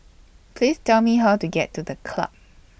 Please Tell Me How to get to The Club